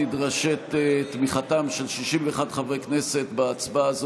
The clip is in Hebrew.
נדרשת תמיכתם של 61 חברי כנסת בהצבעה הזאת